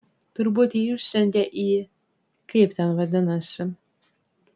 turbūt jį išsiuntė į kaip ten vadinasi